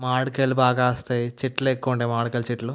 మామిడికాయలు బాగా కాస్తాయి చెట్లు ఎక్కువ ఉండాయి మామిడికాయల చెట్లు